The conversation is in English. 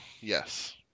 Yes